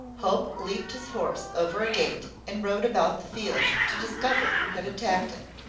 hope leaped his horse over a gate, and rode about the field, to discover who had attacked him.